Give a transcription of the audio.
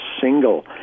single